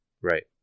right